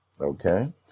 Okay